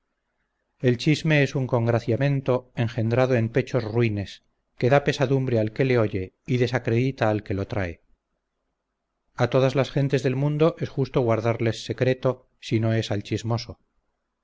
el chisme es un congraciamento engendrado en pechos ruines que da pesadumbre al que le oye y desacredita al que lo trae a todas las gentes del mundo es justo guardarles secreto sino es al chismoso